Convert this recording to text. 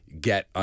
get